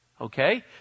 okay